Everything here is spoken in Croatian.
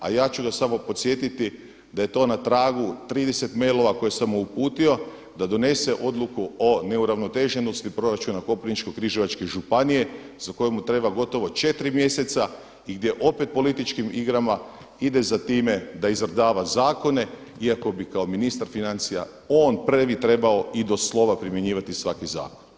A ja ću ga samo podsjetiti da je to na tragu 30 mailova koje sam mu uputio, da donese odluku o neuravnoteženosti proračuna Koprivničko-križevačke županije za koju mu treba gotovo 4 mjeseca i gdje opet političkim igrama ide za time da izvrdava zakone iako bi kao ministar financija on prvi trebao i do slova primjenjivati svaki zakon.